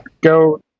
go